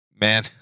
Man